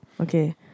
Okay